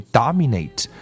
dominate